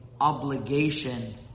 obligation